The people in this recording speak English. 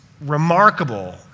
remarkable